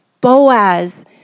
Boaz